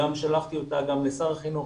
שלחתי אותה גם לשר החינוך,